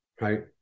right